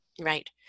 right